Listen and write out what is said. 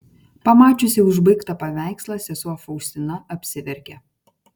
pamačiusi užbaigtą paveikslą sesuo faustina apsiverkė